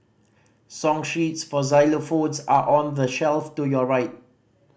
song sheets for xylophones are on the shelf to your right